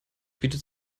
bietet